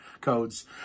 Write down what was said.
codes